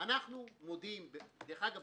אנחנו מודים דרך אגב,